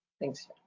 Thanks